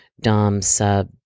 dom-sub